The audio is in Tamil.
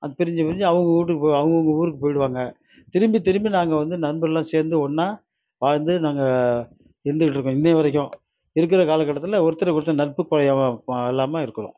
அது பிரிஞ்சு பிரிஞ்சு அவங்கவுங்க வீட்டுக்குப் போ அவங்கவுங்க ஊருக்குப் போயிடுவாங்க திரும்பி திரும்பி நாங்கள் வந்து நண்பர்களெலாம் சேர்ந்து ஒன்றா வாழ்ந்து நாங்கள் இருந்துக்கிட்டு இருக்கோம் இன்றைய வரைக்கும் இருக்கிற கால கட்டத்தில் ஒருத்தருக்கொருத்தர் நட்பு குறையாம இல்லாமல் இருக்கிறோம்